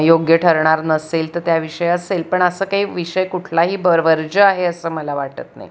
योग्य ठरणार नसेल तर त्या विषयी असेल पण असं काही विषय कुठलाही बर वर्ज्य आहे असं मला वाटत नाही